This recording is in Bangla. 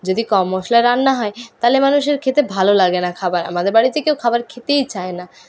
যদি কম মশলায় রান্না হয় তাহলে মানুষের খেতে ভালো লাগে না খাবার আমাদের বাড়িতে কেউ খাবার খেতেই চায় না